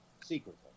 secretly